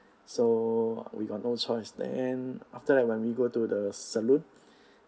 so we got no choice then after that when we go to the salon